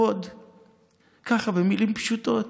ככה, במילים פשוטות.